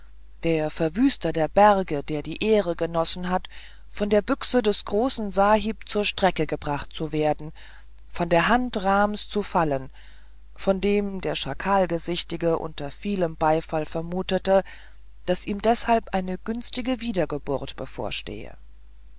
der verwüster der berge der die ehre genossen hatte von der büchse des großen sahib zur strecke gebracht zu werden von der hand rms zu fallen von dem der schakalgesichtige unter vielem beifall vermutete daß ihm deshalb eine günstige wiedergeburt bevorstehe